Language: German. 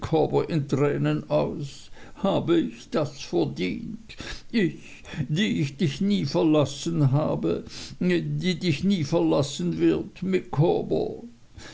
in tränen aus habe ich das verdient ich die ich dich nie verlassen habe die dich nie verlassen wird